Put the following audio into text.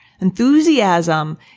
Enthusiasm